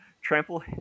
Trample